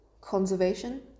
conservation